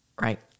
Right